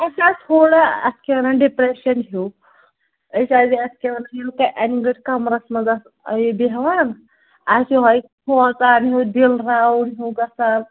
اَسہِ آسہِ تھوڑا اَتھ کیٛاہ وَنان ڈِپرٛٮ۪شَن ہیوٗ أسۍ حظ اَتھ کیٛاہ ونان یوٗتاہ اَنۍ گٔٹۍ کمرس منٛز آس بیٚہوان اَسہِ یِہوٚے کھوژان ہیوٗ دِل راوُن ہیوٗ گژھان